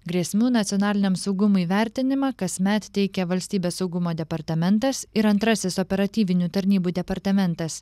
grėsmių nacionaliniam saugumui vertinimą kasmet teikia valstybės saugumo departamentas ir antrasis operatyvinių tarnybų departamentas